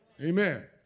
Amen